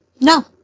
No